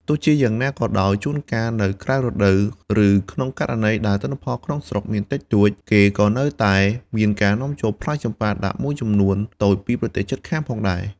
ទោះជាយ៉ាងណាក៏ដោយ ជួនកាលនៅក្រៅរដូវកាល ឬក្នុងករណីដែលទិន្នផលក្នុងស្រុកមានតិចតួច គេក៏នៅតែមានការនាំចូលផ្លែចម្ប៉ាដាក់មួយចំនួនតូចពីប្រទេសជិតខាងផងដែរ។